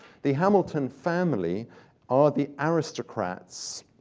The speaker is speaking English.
the hamilton family are the aristocrats